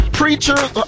preachers